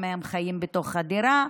אם הם חיים בתוך הדירה.